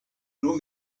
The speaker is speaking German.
nur